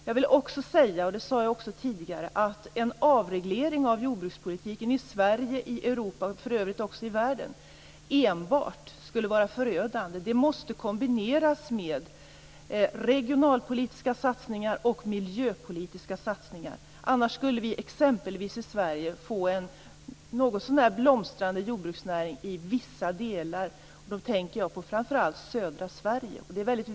Jag vill också säga - och det sade jag även tidigare - att en avreglering av jordbrukspolitiken i Sverige, i Europa och i övriga världen enbart skulle vara förödande. Den måste kombineras med regionalpolitiska och miljöpolitiska satsningar. Annars skulle vi i Sverige få en något så när blomstrande jordbruksnäring i vissa delar av landet, och då tänker jag framför allt på södra Sverige.